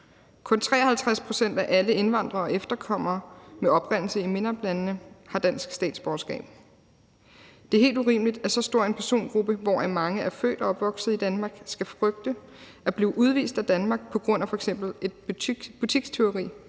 Kun 53 pct. af alle indvandrere og efterkommere med oprindelse i MENAPT-landene har dansk statsborgerskab. Det er helt urimeligt, at så stor en persongruppe, hvoraf mange er født og opvokset i Danmark, skal frygte at blive udvist af Danmark på grund af f.eks. et butikstyveri